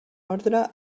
ordre